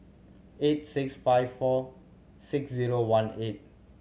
eight six five four six zero one eight